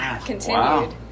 continued